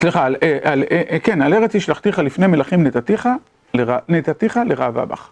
סליחה, כן, על ארץ השלכתיך לפני מלכים נתתיך.. נתתיך לראווה בך.